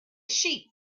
sheep